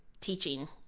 teaching